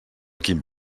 quin